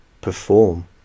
perform